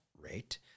rate